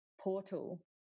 portal